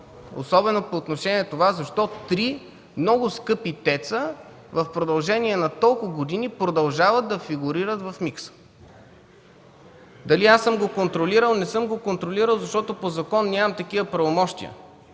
Особено по отношение на това три много скъпи ТЕЦ-а в продължение на толкова години да продължават да фигурират в микса. Дали аз съм го контролирал? Не съм го контролирал, защото по закон нямам такива правомощия.